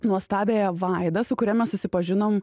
nuostabiąją vaida su kuria mes susipažinom